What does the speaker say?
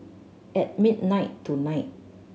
at midnight tonight